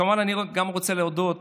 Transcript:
כמובן, אני רוצה להודות